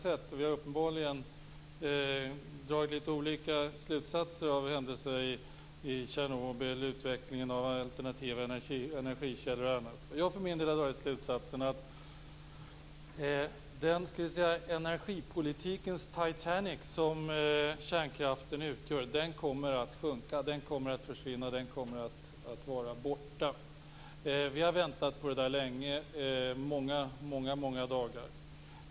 Dan Ericsson och jag har uppenbarligen dragit olika slutsatser av händelsen i Tjernobyl, av utvecklingen av alternativa energikällor och annat. Jag för min del har dragit slutsatsen att den energipolitikens Titanic som kärnkraften utgör kommer att sjunka, den kommer att försvinna, och den kommer att vara borta. Vi har väntat på detta länge, många dagar.